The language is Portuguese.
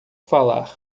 falar